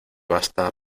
basta